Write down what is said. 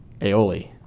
aioli